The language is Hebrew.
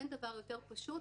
אין דבר יותר פשוט,